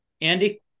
Andy